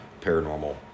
paranormal